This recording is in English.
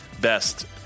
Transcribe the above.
best